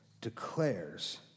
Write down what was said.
declares